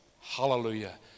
Hallelujah